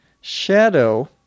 Shadow